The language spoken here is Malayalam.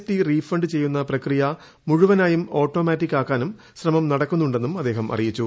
ടി ദ്വീഫ്ണ്ട് ചെയ്യുന്ന പ്രക്രിയ മുഴുവനായും ഓട്ടോമാറ്റിക് ആക്കാന്റു് ശ്രമം നടക്കുന്നുണ്ടെന്നും അദ്ദേഹം അറിയിച്ചു